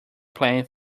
plan